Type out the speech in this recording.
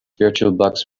virtualbox